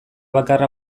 bakarra